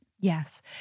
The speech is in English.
Yes